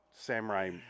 samurai